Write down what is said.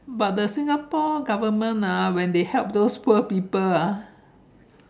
but they Singapore goverment ah when they help those poop people ah